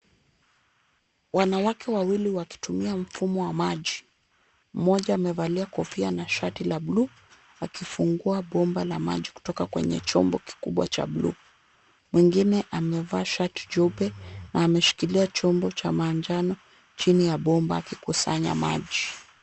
Wanawake wawili wakitumia mfumo wa maji. Mmoja amevalia kofia na shati la blue , akifungua bomba la maji kutoka kwenye chombo kikubwa cha blue . Mwingine amevaa shati jeupe na ameshikilia chombo cha manjano chini ya bomba akikusanya maji.